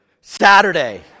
saturday